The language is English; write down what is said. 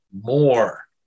more